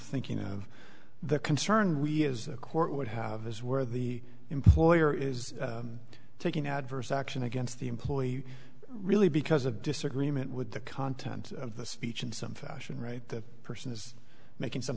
thinking of the concern we as the court would have is where the employer is taking adverse action against the employee really because of disagreement with the content of the speech in some fashion right that person is making some